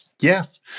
Yes